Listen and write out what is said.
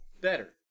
Better